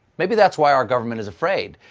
maybe that's why our government is afraid.